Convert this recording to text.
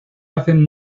hacen